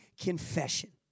confession